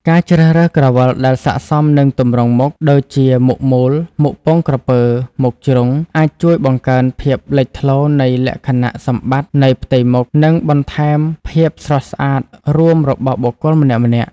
ការជ្រើសរើសក្រវិលដែលស័ក្តិសមនឹងទម្រង់មុខ (ដូចជាមុខមូល មុខពងក្រពើ មុខជ្រុង) អាចជួយបង្កើនភាពលេចធ្លោនៃលក្ខណៈសម្បត្តិនៃផ្ទៃមុខ និងបន្ថែមភាពស្រស់ស្អាតរួមរបស់បុគ្គលម្នាក់ៗ។